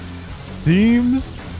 themes